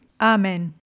Amen